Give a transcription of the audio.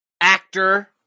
actor